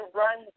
run